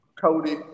Cody